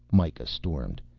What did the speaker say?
mikah stormed.